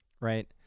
right